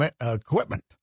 equipment